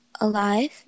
alive